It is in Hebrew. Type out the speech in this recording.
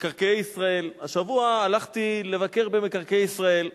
מקרקעי ישראל, השבוע הלכתי לבקר במקרקעי ישראל.